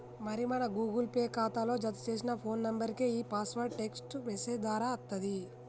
మరి మన Google Pay ఖాతాలో జతచేసిన ఫోన్ నెంబర్కే ఈ పాస్వర్డ్ టెక్స్ట్ మెసేజ్ దారా అత్తది